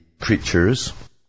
creatures